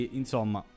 insomma